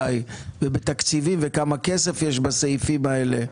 בתקציבים וכמה כסף יש בסעיפים האלה.